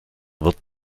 wird